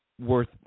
worth